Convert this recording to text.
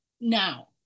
now